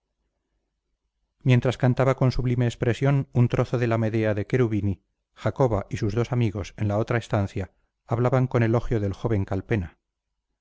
mientras cantaba con sublime expresión un trozo de la medea de cherubini jacoba y sus dos amigos en la otra estancia hablaban con elogio del joven calpena